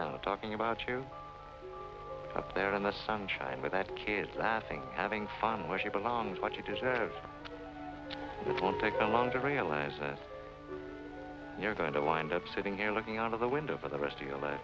now talking about you up there in the sunshine with that kid is laughing having fun where she belongs what you deserve it won't take a long to realize that you're going to wind up sitting here looking out of the window for the rest of your life